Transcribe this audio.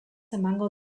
emango